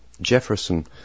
Jefferson